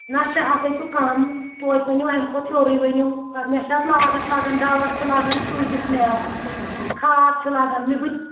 نہ شےٚ ہَتھَے چھُ کَم تویتہِ ؤنِو اَمہِ کھۄتہٕ ہیوٚرُے ؤنِو مےٚ چھِ اَتھ لاگَتھ لگان دوا چھُ لَگان کۭتِس مےٚ اَتھ کھاد چھُ لَگان مےٚ بہٕ تہِ